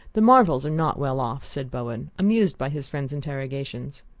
the marvells are not well off, said bowen, amused by his friend's interrogations.